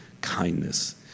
kindness